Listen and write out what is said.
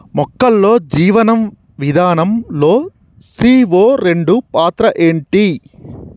మొక్కల్లో జీవనం విధానం లో సీ.ఓ రెండు పాత్ర ఏంటి?